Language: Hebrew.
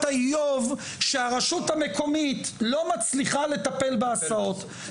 האיוב שהרשות המקומית לא מצליחה לטפל בהסעות.